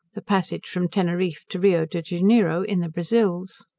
the passage from teneriffe to rio de janeiro, in the brazils.